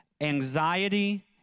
Anxiety